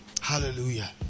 Hallelujah